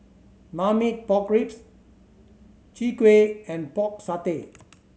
Marmite Pork Ribs Chwee Kueh and Pork Satay